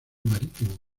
marítimo